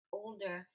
older